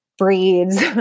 Breeds